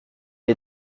est